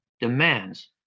demands